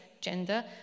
gender